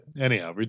anyhow